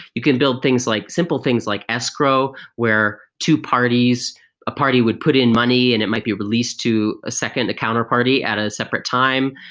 you can build like simple things like escrow, where two parties a party would put in money and it might be released to a second, a counterparty at a separate time,